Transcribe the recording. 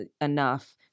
enough